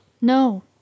no